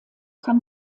kann